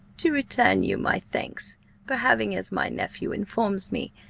to return you my thanks for having, as my nephew informs me,